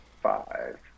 five